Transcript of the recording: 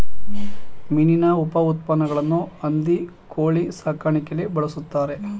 ಮೀನಿನ ಉಪಉತ್ಪನ್ನಗಳನ್ನು ಹಂದಿ ಕೋಳಿ ಸಾಕಾಣಿಕೆಯಲ್ಲಿ ಬಳ್ಸತ್ತರೆ